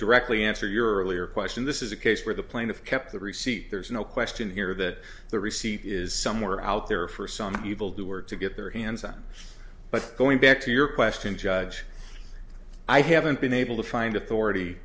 directly answer your earlier question this is a case where the plaintiff kept the receipt there's no question here that the receipt is somewhere out there for some evildoer to get their hands on but going back to your question judge i haven't been able to find a